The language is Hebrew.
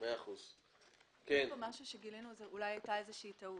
יש פה דבר שגילינו ואולי הייתה פה איזושהי טעות.